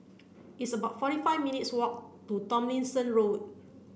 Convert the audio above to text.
it's about forty five minutes' walk to Tomlinson Road